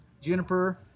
juniper